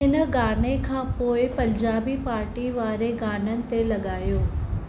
हिन गाने खां पोइ पंजाबी पार्टी वारे गाननि ते लॻायो